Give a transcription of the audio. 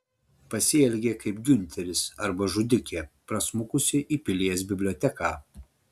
pasielgė kaip giunteris arba žudikė prasmukusi į pilies biblioteką